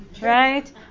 Right